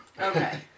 Okay